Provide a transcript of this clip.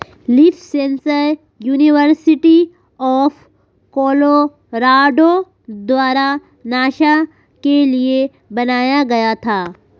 leaf sensor university of Colorado द्वारा NASA के लिए बनाया गया था